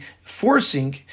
forcing